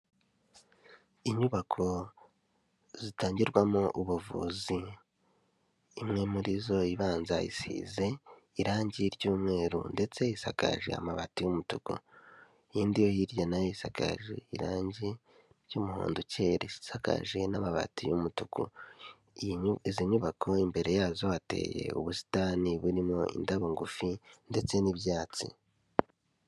Inyubako zitangirwamo ubuvuzi, imwe murizo ibanza isize irangi ry'umweru, ndetse isakaje amabati y'umutuku, indi yo hirya nayo isagaje irangi ry'umuhondo ukeye, isakaje n'amabati y'umutuku, izi nyubako imbere yazo hateye ubusitani burimo indabo ngufi ndetse n'ibyatsi.